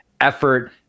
effort